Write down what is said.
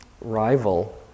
rival